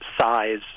size